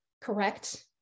correct